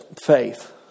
faith